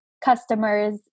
customers